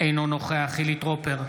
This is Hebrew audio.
אינו נוכח חילי טרופר,